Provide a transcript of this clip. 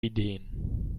ideen